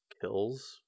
kills